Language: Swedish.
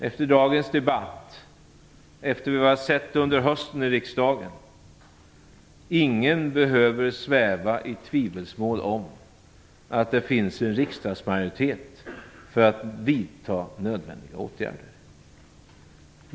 Efter dagens debatt, efter det vi har sett under hösten i riksdagen, behöver ingen sväva i tvivelsmål om att det finns en riksdagsmajoritet för att vidta nödvändiga åtgärder.